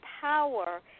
power